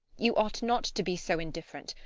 you ought not to be so indifferent!